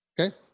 Okay